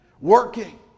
working